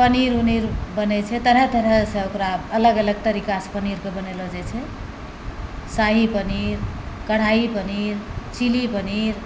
पनीर वनीर बनै छै तरह तरहसँ ओकरा अलग अलग तरिकासँ पनीरके बनेलो जाइ छै शाही पनीर कढ़ाइ पनीर चिली पनीर